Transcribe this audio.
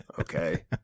Okay